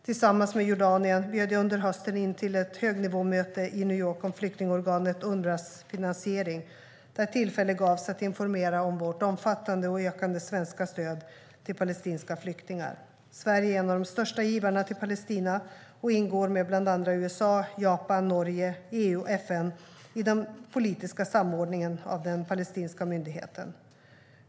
Tillsammans med Jordanien bjöd jag under hösten in till ett högnivåmöte i New York om flyktingorganet UNRWA:s finansiering, där tillfälle gavs att informera om vårt omfattande och ökande svenska stöd till palestinska flyktingar. Sverige är en av största givarna till Palestina och ingår med bland andra USA, Japan, Norge, EU och FN i den politiska samordningen av den palestinska myndigheten.